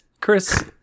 Chris